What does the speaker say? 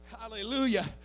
Hallelujah